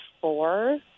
four